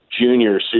junior